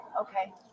Okay